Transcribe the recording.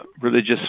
religious